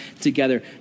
together